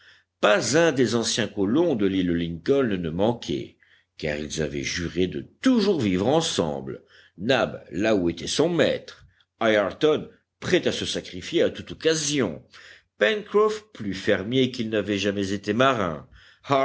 pas un des anciens colons de l'île lincoln ne manquait car ils avaient juré de toujours vivre ensemble nab là où était son maître ayrton prêt à se sacrifier à toute occasion pencroff plus fermier qu'il n'avait jamais été marin